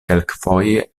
kelkfoje